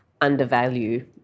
undervalue